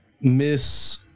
Miss